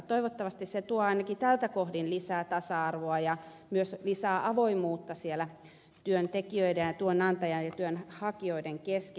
toivottavasti se tuo ainakin tältä kohdin lisää tasa arvoa ja myös lisää avoimuutta työntekijöiden ja työnantajan ja työnhakijoidenkin kesken